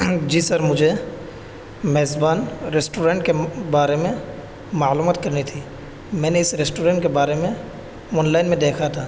جی sir مجھے میزبان restaurant کے بارے میں معلومات کرنی تھی میں نے اس ریسٹورنٹ کے بارے میں آنلائن میں دیکھا تھا